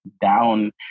down